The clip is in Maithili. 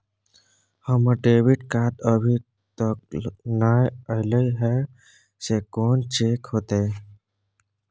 हमर डेबिट कार्ड अभी तकल नय अयले हैं, से कोन चेक होतै?